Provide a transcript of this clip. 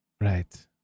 Right